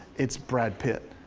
it's brad pitt.